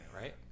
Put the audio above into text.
right